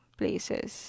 places